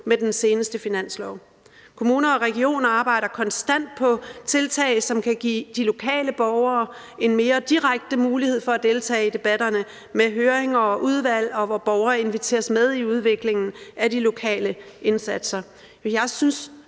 med den seneste finanslov. Kommuner og regioner arbejder konstant på tiltag, som kan give de lokale borgere en mere direkte mulighed for at deltage i debatterne med høringer og udvalg, og hvor borgere inviteres med i udviklingen af de lokale indsatser.